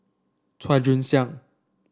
Chua Joon Siang